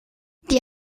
die